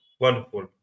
Wonderful